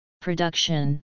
production